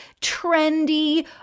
trendy